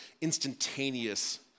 instantaneous